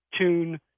tune